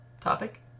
topic